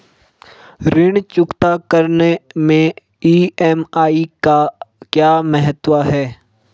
ऋण चुकता करने मैं ई.एम.आई का क्या महत्व है?